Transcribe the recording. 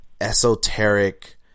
esoteric